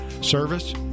Service